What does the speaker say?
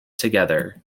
together